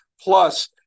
Plus